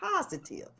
positive